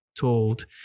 told